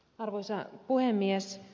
arvoisa puhemies